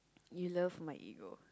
you love my ego